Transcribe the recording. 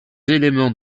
éléments